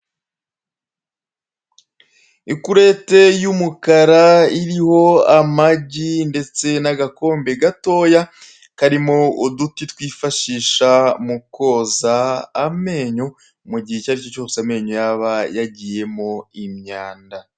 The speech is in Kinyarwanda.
Ikurete y'umukara iriho amagi ndetse n'agakombe gatoya karimo uduti twifashisha mu koza amenyo, mu gihe icyo ari cyo cyose amenyo yaba yagiyemo imyanda.